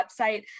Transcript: website